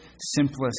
simplest